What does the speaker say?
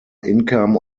income